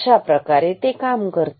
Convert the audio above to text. अशाप्रकारे ते काम करते